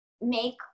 make